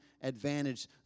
advantage